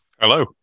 Hello